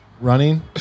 running